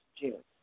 June